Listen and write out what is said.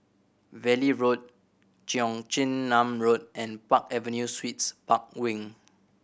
Valley Road Cheong Chin Nam Road and Park Avenue Suites Park Wing